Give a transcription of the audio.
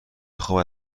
خواب